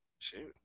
shoot